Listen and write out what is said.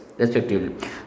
Respectively